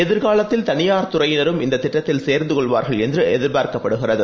எதிர்காலத்தில் தனியார் துறையினரும் இத்திட்டத்தில் சேர்ந்துகொள்வார்கள் என்றுஎதிர்பார்க்கப்படுகிறது